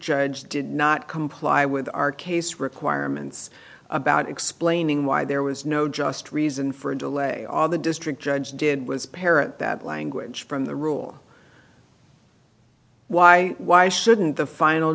judge did not comply with our case requirements about explaining why there was no just reason for a delay on the district judge did was parrot that language from the rule why why shouldn't the final